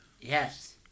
Yes